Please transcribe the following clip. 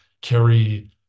carry